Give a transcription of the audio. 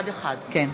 אני.